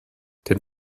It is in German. denn